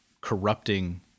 corrupting